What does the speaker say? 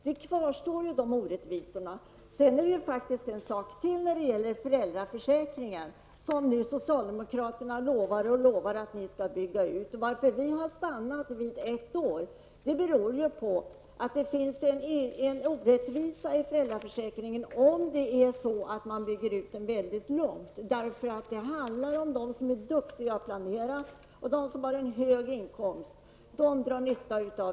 Dessutom lovar och lovar socialdemokraterna att de skall bygga ut föräldraförsäkringen. Anledningen till att vi anser att den även i fortsättningen skall vara ett år är att om man bygger ut den till att bli mycket längre ökar orättvisorna. De som drar nytta av denna föräldraförsäkring är de som är duktiga på att planera sitt barnafödande och de som har en hög inkomst.